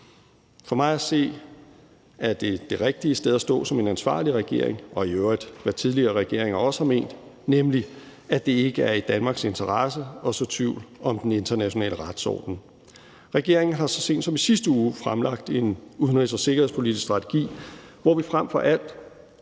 For mig at se er det det rigtige sted at stå som en ansvarlig regering, og det er i øvrigt også, hvad tidligere regeringer har ment, nemlig at det ikke er i Danmarks interesse at så tvivl om den internationale retsorden. Regeringen har så sent som i sidste uge fremlagt en udenrigs- og sikkerhedspolitisk strategi, hvor vi frem for alt